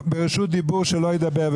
ברשות דיבור שלא ידבר.